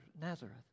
Nazareth